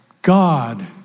God